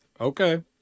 okay